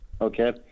okay